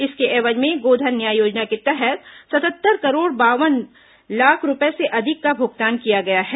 इसके एवज में गोधन न्याय योजना के तहत सतहत्तर करोड़ बावन बावन लाख रूपये से अधिक का भुगतान किया गया है